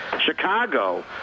Chicago